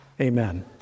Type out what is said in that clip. Amen